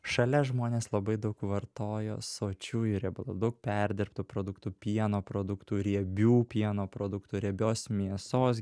šalia žmonės labai daug vartojo sočiųjų riebalų daug perdirbtų produktų pieno produktų riebių pieno produktų riebios mėsos